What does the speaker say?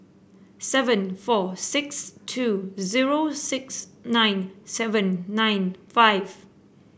seven four six two zero six nine seven nine five